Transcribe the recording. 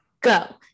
go